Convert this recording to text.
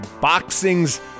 boxing's